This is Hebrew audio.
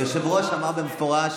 היושב-ראש אמר במפורש